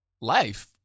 Life